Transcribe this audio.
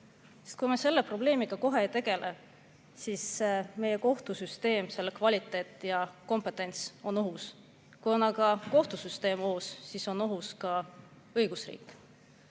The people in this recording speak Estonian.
kui me selle probleemiga kohe ei tegele, siis meie kohtusüsteem, selle kvaliteet ja kompetents on ohus. Kui on aga kohtusüsteem ohus, siis on ohus ka õigusriik.